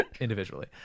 individually